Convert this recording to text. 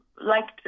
liked